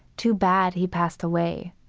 too bad he passed away.